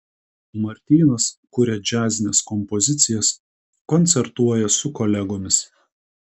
martynas kuria džiazines kompozicijas koncertuoja su kolegomis